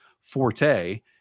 forte